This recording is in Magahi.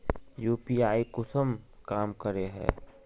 यु.पी.आई कुंसम काम करे है?